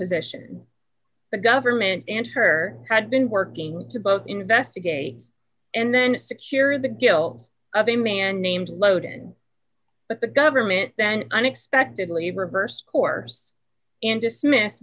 position the government and her had been working to both investigate and then secure the guilt of a man named loaded but the government then unexpectedly reversed course and dismissed